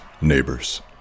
neighbors